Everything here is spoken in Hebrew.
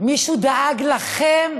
מישהו דאג לכם?